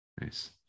Nice